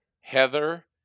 Heather